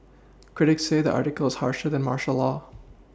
critics say the article is harsher than martial law